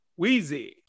Weezy